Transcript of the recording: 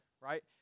Right